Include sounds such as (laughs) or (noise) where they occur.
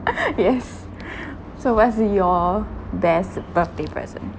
(laughs) yes (laughs) so what's your best birthday present